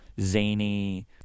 zany